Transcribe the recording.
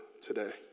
today